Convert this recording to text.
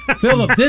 Philip